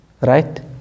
right